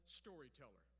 storyteller